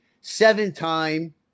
seven-time